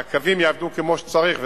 שהקווים עובדים כמו שצריך,